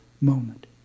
moment